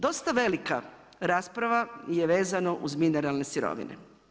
Dosta velika rasprava je vezano uz mineralne sirovine.